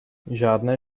žádné